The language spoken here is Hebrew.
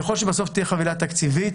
ככל שבסוף תהיה חבילה תקציבית,